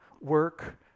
work